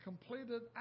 Completed